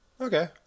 Okay